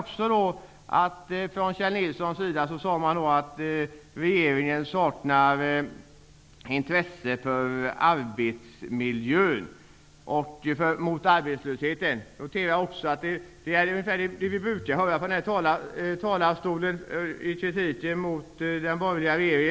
Kjell Nilsson sade att regeringen saknar intresse för arbetsmiljön och för att arbeta mot arbetslösheten. Jag noterar också att det är ungefär den kritik mot den borgerliga regeringen som vi brukar höra från den här talarstolen.